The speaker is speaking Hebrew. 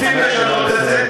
רוצים לשנות את זה?